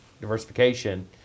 diversification